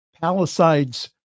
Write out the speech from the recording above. Palisade's